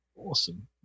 awesome